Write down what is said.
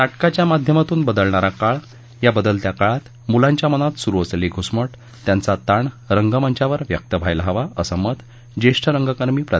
नाटकाच्या माध्यमातून बदलणारा काळ या बदलत्या काळात मुलांच्या मनात सुरु असलेली घुसमट त्यांचा ताण रंगमंचावर व्यक्त व्हायला हवा असं मत ज्येष्ठ रंगकर्मी प्रा